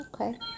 okay